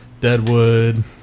Deadwood